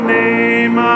name